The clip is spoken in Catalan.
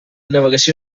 navegació